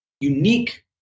unique